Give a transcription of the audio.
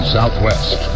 Southwest